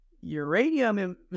uranium